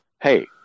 hey